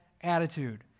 attitude